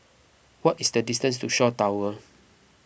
what is the distance to Shaw Towers